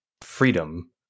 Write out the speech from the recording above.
freedom